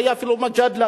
זה היה אפילו מג'אדלה,